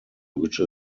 which